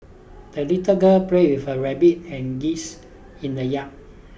the little girl played with her rabbit and geese in the yard